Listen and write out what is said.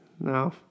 No